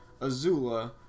Azula